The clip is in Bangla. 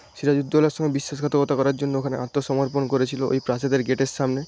সিরাজউদ্দৌলার সঙ্গে বিশ্বাসঘাতকতা করার জন্য ওখানে আত্মসমর্পণ করেছিল ওই প্রাসাদের গেটের সামনে